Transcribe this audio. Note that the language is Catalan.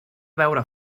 veure